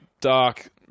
dark